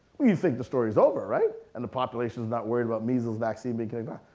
well you think the story's over right and the population's not worried about measles vaccine becoming